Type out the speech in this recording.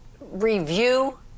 review